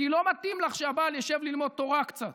כי לא מתאים לך שהבעל יישב ללמוד תורה קצת?